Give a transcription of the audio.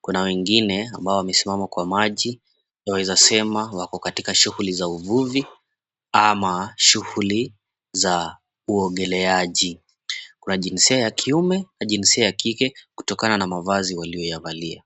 Kuna wengine ambao wamesimama kwa maji, twaweza sema wako katika shughuli za uvivu ama shughuli za uogeleaji. Kuna jinsia ya kiume na jinsia ya kike kutokana na mavazi waliyoyavalia.